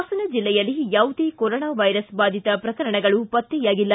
ಪಾಸನ ಜಿಲ್ಲೆಯಲ್ಲಿ ಯಾವುದೇ ಕೊರೋನಾ ವೈರಸ್ ಬಾಧಿತ ಪ್ರಕರಣಗಳು ಪತ್ತೆಯಾಗಿಲ್ಲ